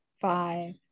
five